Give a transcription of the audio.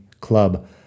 club